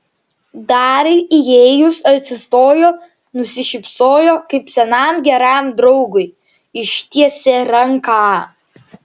dariui įėjus atsistojo nusišypsojo kaip senam geram draugui ištiesė ranką